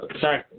Sorry